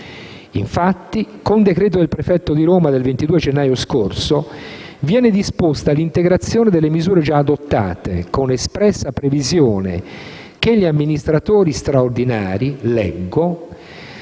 Infatti, con il decreto del prefetto di Roma del 22 gennaio scorso, viene disposta l'integrazione delle misure già adottate, con espressa previsione che gli amministratori straordinari - leggo